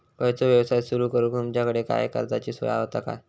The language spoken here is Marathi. खयचो यवसाय सुरू करूक तुमच्याकडे काय कर्जाची सोय होता काय?